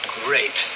great